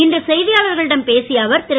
இன்று செய்தியாளர்களிடம் பேசிய அவர் திரு